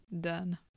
Done